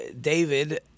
David